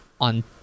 on